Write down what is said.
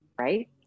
Right